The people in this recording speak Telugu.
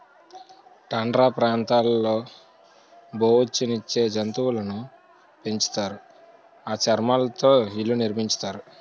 టండ్రా ప్రాంతాల్లో బొఉచ్చు నిచ్చే జంతువులును పెంచుతారు ఆ చర్మాలతో ఇళ్లు నిర్మించుతారు